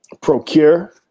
procure